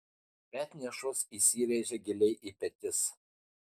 petnešos įsiręžia giliai į petis